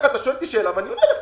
אתה שואל אותי שאלה ואני עונה לך.